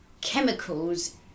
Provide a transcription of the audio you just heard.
chemicals